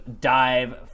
dive